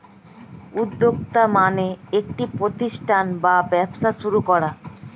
উদ্যোক্তা মানে একটি প্রতিষ্ঠান বা ব্যবসা শুরু করা